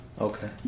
Okay